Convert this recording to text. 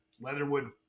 Leatherwood